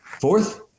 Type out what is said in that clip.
fourth